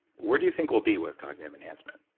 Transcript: where do you think we'll be with cognitive enhancement?